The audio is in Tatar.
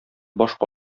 башка